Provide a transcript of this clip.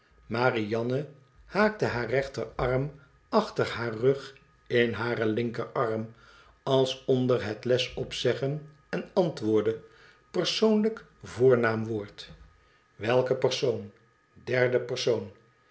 marianne haakte haar rechterarm achter haar rug in haar linkerarm als onder het lesopzeggen en antwoordde persoonlijk voornaamwoord welke persoon derde persoon